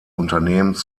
unternehmens